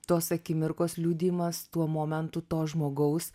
tos akimirkos liudijimas tuo momentu to žmogaus